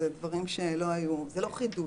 זה לא חידוש.